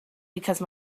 because